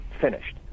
finished